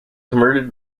converted